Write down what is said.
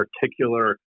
particular